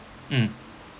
mm